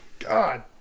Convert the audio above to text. God